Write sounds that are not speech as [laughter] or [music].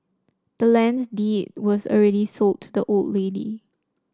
the land's deed was [unintelligible] sold to the old lady